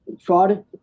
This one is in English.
fraud